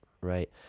right